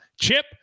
chip